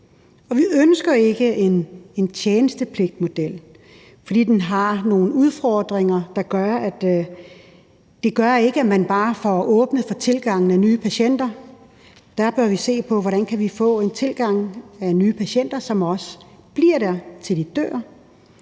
vi ønsker ikke en tjenestepligtmodel, fordi den har nogle udfordringer, der gør, at man ikke bare får åbnet for tilgangen af nye patienter. Der bør vi se på, hvordan vi kan få en tilgang af nye patienter, som også bliver der, til de dør